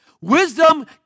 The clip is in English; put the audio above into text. Wisdom